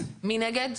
מי נגד?